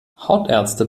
hautärzte